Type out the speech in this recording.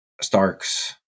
Starks